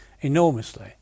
enormously